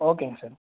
ஓகேங்க சார்